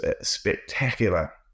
spectacular